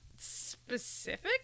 specific